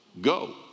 go